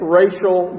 racial